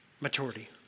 Maturity